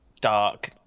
dark